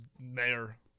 Mayor